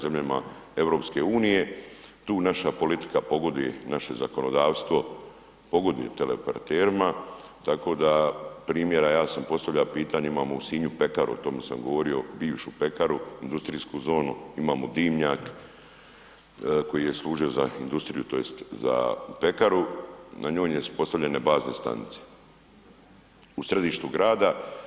Tu naša politika pogoduje, naše zakonodavstvo pogoduje teleoperaterima, tako da primjera ja sam postavljao pitanje, imamo u Sinju pekaru, o tome sam govorio, bivšu pekaru industrijsku zonu, imamo dimnjak koji je služio za industriju tj. za pekaru na njoj jesu postavljene bazne stanice u središtu grada.